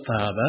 Father